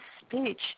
speech